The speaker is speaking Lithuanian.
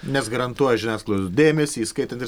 nes garantuoja žiniasklaidos dėmesį įskaitant ir